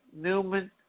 Newman